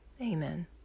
amen